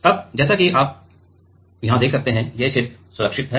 अब जैसा कि आप वहां देख सकते हैं ये क्षेत्र सुरक्षित हैं